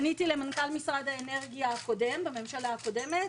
אני אישית פניתי למנכ"ל משרד האנרגיה בממשלה הקודמת,